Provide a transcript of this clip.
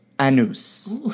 anus